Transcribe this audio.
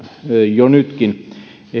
jo nytkin